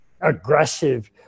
aggressive